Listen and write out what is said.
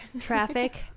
traffic